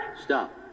Stop